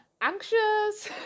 anxious